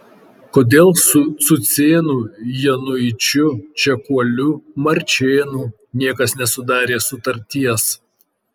kodėl su cucėnu januičiu čekuoliu marčėnu niekas nesudarė sutarties